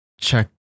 check